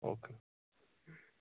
okay